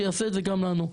שיעשה את זה גם לנו.